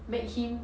make him